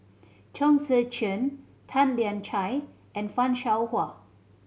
Chong Tze Chien Tan Lian Chye and Fan Shao Hua